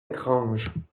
étrange